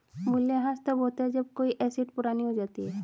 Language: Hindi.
मूल्यह्रास तब होता है जब कोई एसेट पुरानी हो जाती है